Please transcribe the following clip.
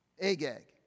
Agag